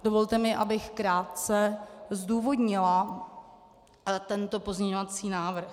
Dovolte mi, abych krátce zdůvodnila tento pozměňovací návrh.